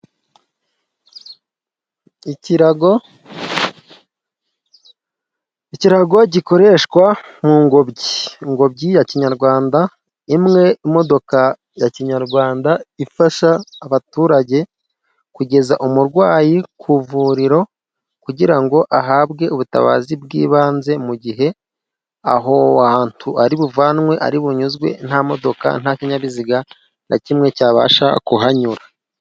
Ikirago gikoreshwa mu ngobyi . Ingobyi ya kinyarwanda imwe imodoka ya kinyarwanda ifasha abaturage kugeza umurwayi ku ivuriro kugira ngo ahabwe ubutabazi bw'ibanze mu gihe aho hantu aribuvanwe ,aribunyuzwe ,nta modoka ,nta kinyabiziga na kimwe cyabasha kuhanyura.